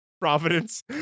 Providence